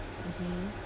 mmhmm